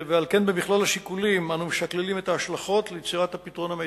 ועל כן במכלול השיקולים אנו משקללים את ההשלכות ליצירת הפתרון המיטבי.